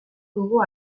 dugu